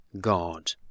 God